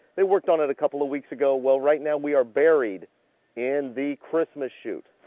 they worked on it a couple of weeks ago. well, right now we are buried in the christmas shoot,